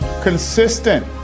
Consistent